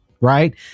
Right